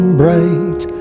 bright